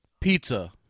Pizza